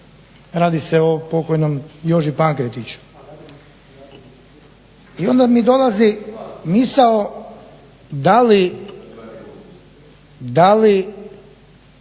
Radi se pokojnom JOži Pankretiću. I onda mi dolazi misao da li